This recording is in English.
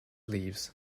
leaves